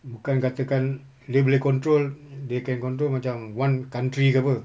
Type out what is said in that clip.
bukan katakan dia boleh control they can control macam one country ke apa